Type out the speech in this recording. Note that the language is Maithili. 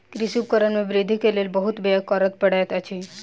कृषि उपकरण में वृद्धि के लेल बहुत व्यय करअ पड़ैत अछि